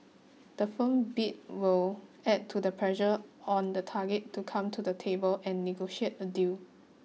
the firm bid will add to the pressure on the target to come to the table and negotiate a deal